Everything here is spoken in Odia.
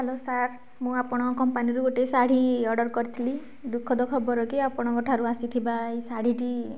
ହ୍ୟାଲୋ ସାର୍ ମୁଁ ଆପଣଙ୍କ କମ୍ପାନୀରୁ ଗୋଟିଏ ଶାଢ଼ୀ ଅର୍ଡ଼ର କରିଥିଲି ଦୁଃଖଦ ଖବର କି ଆପଣଙ୍କଠାରୁ ଆସିଥିବା ଏହି ଶାଢ଼ୀଟି